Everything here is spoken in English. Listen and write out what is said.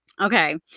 Okay